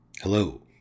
Hello